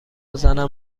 زنم